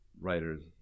writers